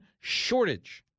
shortage